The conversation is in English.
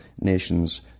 nations